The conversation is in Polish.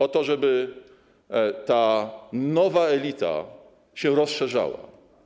O to, żeby ta nowa elita się rozszerzała.